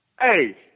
hey